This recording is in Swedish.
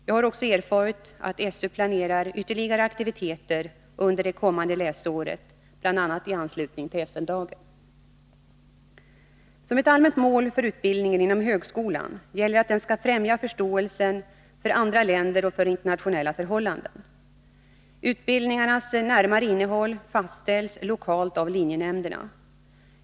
Jag har också erfarit att SÖ planerar ytterligare aktiviteter under det kommande läsåret, bl.a. i anslutning till FN-dagen. Som ett allmänt mål för utbildningen inom högskolan gäller att den skall främja förståelsen för andra länder och för internationella förhållanden. Utbildningarnas närmare innehåll fastställs lokalt av linjenämnderna.